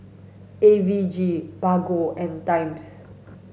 A V G Bargo and Times